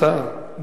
סעיפים 1 6 נתקבלו.